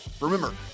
remember